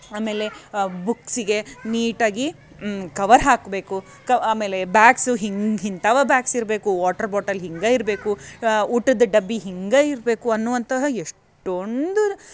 ಆಮೇಲೆ ಬುಕ್ಸಿಗೆ ನೀಟಾಗಿ ಕವರ್ ಹಾಕಬೇಕು ಕ ಆಮೇಲೆ ಬ್ಯಾಗ್ಸು ಹಿಂಗೆ ಇಂಥವ ಬ್ಯಾಗ್ಸ್ ಇರಬೇಕು ವಾಟ್ರ್ ಬಾಟಲ್ ಹಿಂಗೇ ಇರಬೇಕು ಊಟದ ಡಬ್ಬಿ ಹಿಂಗೇ ಇರಬೇಕು ಅನ್ನುವಂತಹ ಎಷ್ಟೊಂದು